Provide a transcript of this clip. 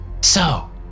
So